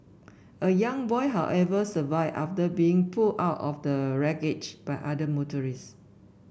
a young boy however survived after being pulled out of the wreckage by other motorists